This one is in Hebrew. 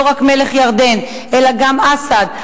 לא רק מלך ירדן אלא גם אסד,